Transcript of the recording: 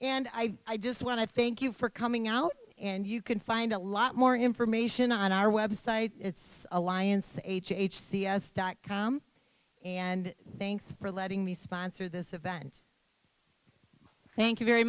and i just want to thank you for coming out and you can find a lot more information on our website it's alliance h h c s dot com and thanks for letting me sponsor this event thank you very